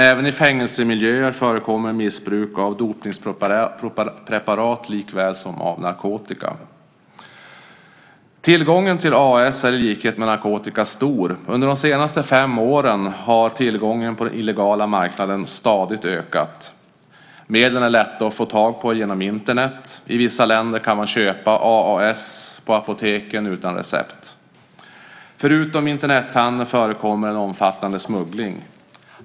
Även i fängelsemiljöer förekommer missbruk av dopningspreparat likväl som av narkotika. Tillgången till AAS är i likhet med narkotika stor. Under de senaste fem åren har tillgången på den illegala marknaden stadigt ökat. Medlen är lätta att få tag på genom Internet. I vissa länder kan man köpa AAS på apoteken utan recept. Förutom Internethandeln förekommer en omfattande smuggling.